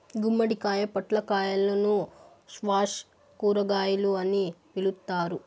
గుమ్మడికాయ, పొట్లకాయలను స్క్వాష్ కూరగాయలు అని పిలుత్తారు